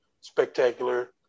spectacular